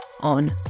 on